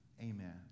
Amen